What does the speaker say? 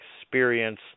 Experience